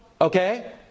okay